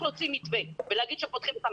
להוציא מתווה ולהגיד שפותחים את המערכת.